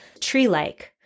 tree-like